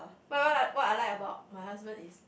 what what what I like about my husband is